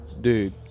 Dude